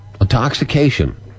Intoxication